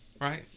Right